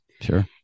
Sure